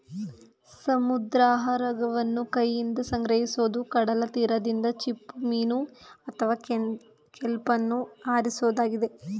ಸಮುದ್ರಾಹಾರವನ್ನು ಕೈಯಿಂದ ಸಂಗ್ರಹಿಸೋದು ಕಡಲತೀರದಿಂದ ಚಿಪ್ಪುಮೀನು ಅಥವಾ ಕೆಲ್ಪನ್ನು ಆರಿಸೋದಾಗಿದೆ